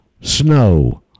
snow